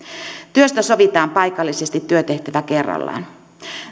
työstä sovitaan paikallisesti työtehtävä kerrallaan